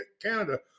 Canada